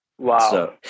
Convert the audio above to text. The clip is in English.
Wow